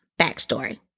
Backstory